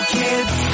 kids